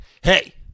Hey